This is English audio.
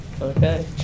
Okay